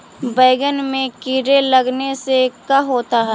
बैंगन में कीड़े लगने से का होता है?